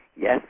Yes